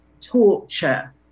torture